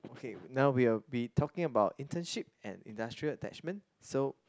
okay now we will we talking about internship and industrial attachment so